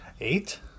Eight